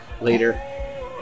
later